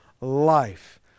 life